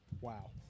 Wow